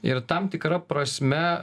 ir tam tikra prasme